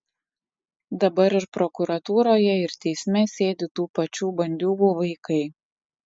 dabar ir prokuratūroje ir teisme sėdi tų pačių bandiūgų vaikai